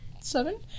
seven